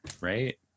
right